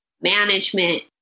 management